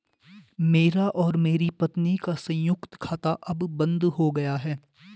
मेरा और मेरी पत्नी का संयुक्त खाता अब बंद हो गया है